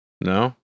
No